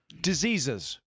Diseases